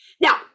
Now